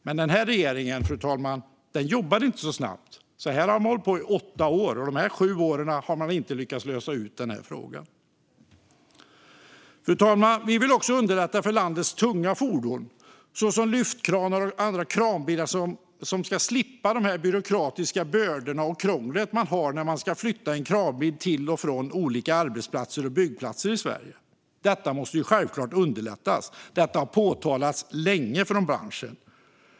Men den här regeringen, fru talman, jobbar inte så snabbt. Man har hållit på så här i åtta år, och under dessa sju år har man inte lyckats lösa ut frågan. Fru talman! Vi vill också underlätta för landets tunga fordon, såsom lyftkranar och kranbilar, så att man ska slippa de byråkratiska bördor och det krångel man har när man ska flytta en kranbil till och från olika arbetsplatser och byggplatser i Sverige. Det måste självklart underlättas. Detta har påtalats länge från branschen.